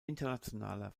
internationaler